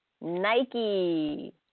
Nike